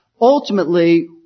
ultimately